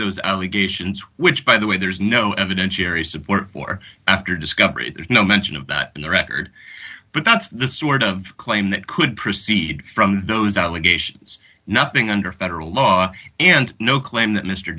those allegations which by the way there's no evidentiary support for after discovery there's no mention of that in the record but that's the sort of claim that could proceed from those allegations nothing under federal law and no claim that mr